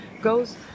goes